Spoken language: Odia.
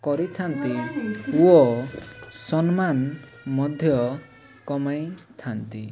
କରିଥାନ୍ତି ଓ ସମ୍ମାନ ମଧ୍ୟ କମାଇଥାନ୍ତି